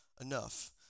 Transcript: enough